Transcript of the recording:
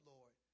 Lord